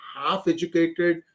half-educated